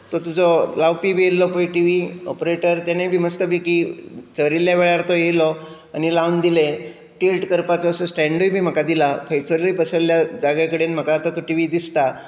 तो तुजो लावपी बी येयलो टिवी ऑपरेटर ताणेंय बी मस्त पैकी थारिल्ल्या वेळार तो येयलो आनी लावन दिलें टिल्ट करपाचो असो स्टँण्डूय म्हाका दिला खंयसरूय बशिल्ल्या जाग्या कडल्यान म्हाका आतां टिवी दिसता